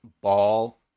ball